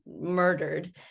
murdered